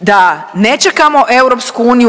da ne čekamo EU